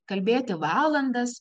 kalbėti valandas